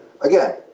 Again